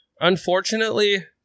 Unfortunately